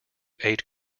eight